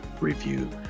review